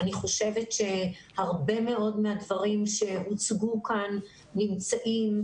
אני חושבת שהרבה מאוד מהדברים שהוצגו כאן נמצאים.